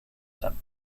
dames